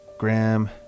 Graham